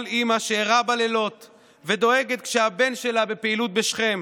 כל אימא שערה בלילות ודואגת כשהבן שלה בפעילות בשכם,